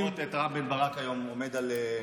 היית צריך לראות את רם בן ברק היום עומד על,